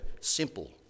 simple